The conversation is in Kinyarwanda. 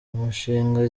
umushinga